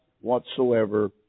whatsoever